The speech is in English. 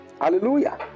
Hallelujah